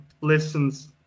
listens